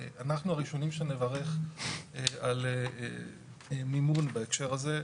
אנחנו הראשונים שנברך על מימון בהקשר הזה,